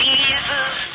Jesus